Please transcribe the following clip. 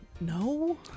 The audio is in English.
No